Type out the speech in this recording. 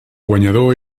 guanyador